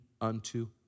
unto